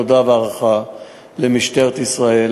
תודה והערכה למשטרת ישראל,